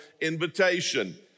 invitation